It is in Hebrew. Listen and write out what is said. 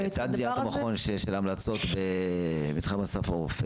לצד בניית המכון של המלצות במתחם "אסף הרופא"